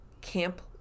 Camp